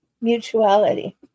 mutuality